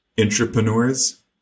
Entrepreneurs